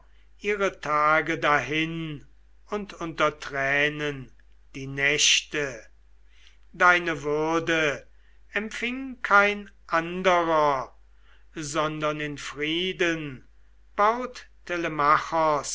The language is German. ihre tage dahin und unter tränen die nächte deine würde empfing kein anderer sondern in frieden